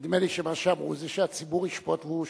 נדמה לי שמה שאמרו זה שהציבור ישפוט, והוא שופט.